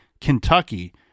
Kentucky